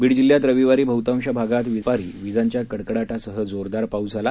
बीड जिल्ह्यात रविवारी बह्तांशी भागात दुपारी विजांच्या कडकडाटासह जोरदार पाऊस झाला